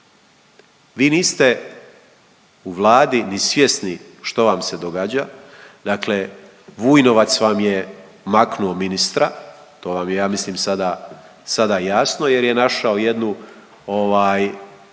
Vi niste u Vladi ni svjesni što vam se događa, dakle Vujnovac vam je maknuo ministra, to vam je ja mislim sada, sada jasno jer je našao jednu